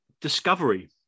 Discovery